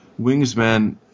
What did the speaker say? Wingsman